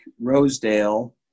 Rosedale